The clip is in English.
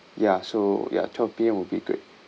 ya so ya twelve P_M will be great